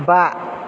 बा